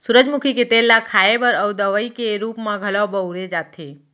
सूरजमुखी के तेल ल खाए बर अउ दवइ के रूप म घलौ बउरे जाथे